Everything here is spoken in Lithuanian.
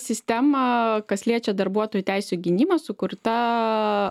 sistema kas liečia darbuotojų teisių gynimą sukurta